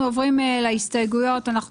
אנחנו עוברים לניכוי דמי